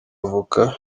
avoka